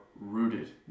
rooted